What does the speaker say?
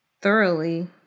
Thoroughly